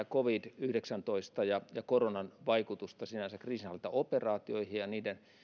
covid yhdeksäntoista koronan vaikutusta sinänsä kriisinhallintaoperaatioihin ja niiden